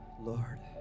Lord